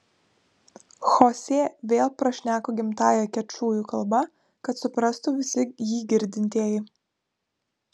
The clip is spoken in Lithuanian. chosė vėl prašneko gimtąja kečujų kalba kad suprastų visi jį girdintieji